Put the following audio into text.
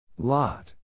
lot